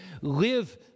live